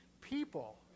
people